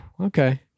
Okay